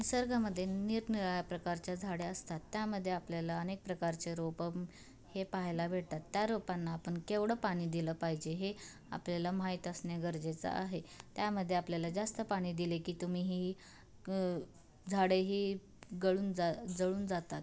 निसर्गामध्ये निरनिराळ्या प्रकारच्या झाडे असतात त्यामध्ये आपल्याला अनेक प्रकारचे रोपं हे पाहायला भेटतात त्या रोपांना आपण केवढं पाणी दिलं पाहिजे हे आपल्याला माहीत असणे गरजेचं आहे त्यामध्ये आपल्याला जास्त पाणी दिले की तुम्ही ही झाडे ही गळून जा जळून जातात